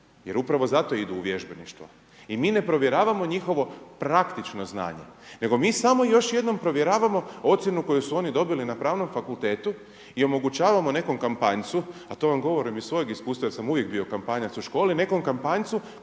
jer upravo zato idu u vježbeništvo i mi ne provjeravamo njihovo praktično znanje nego mi samo još jednom provjeravamo ocjenu koju su oni dobili na pravnog fakultetu i omogućavamo nekom kampanjcu, a to vam govorim iz svojeg iskustva jer sam uvijek bio kampanjac u školi, nekom kampanjcu